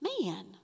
Man